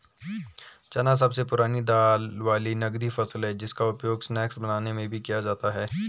चना सबसे पुरानी दाल वाली नगदी फसल है जिसका उपयोग स्नैक्स बनाने में भी किया जाता है